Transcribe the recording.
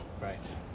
right